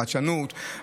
חדשנות,